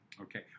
Okay